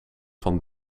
van